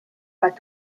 but